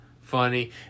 funny